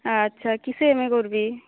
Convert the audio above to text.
আচ্ছা কিসে এমএ করবি